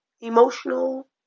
emotional